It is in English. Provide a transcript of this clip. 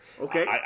Okay